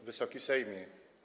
Wysoki Sejmie!